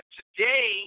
today